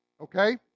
okay